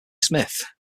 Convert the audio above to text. smith